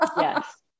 yes